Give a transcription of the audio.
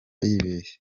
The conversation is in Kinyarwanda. yibeshye